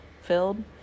filled